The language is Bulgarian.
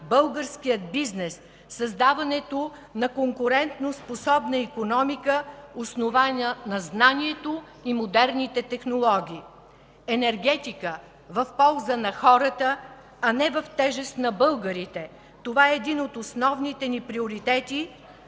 българския бизнес, създаването на конкурентоспособна икономика, основана на знанието и модерните технологии, енергетика в полза на хората, а не в тежест на българите. Това е един от основните ни приоритети,